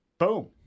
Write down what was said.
Boom